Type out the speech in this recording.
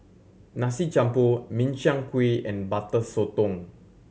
Nasi Campur Min Chiang Kueh and Butter Sotong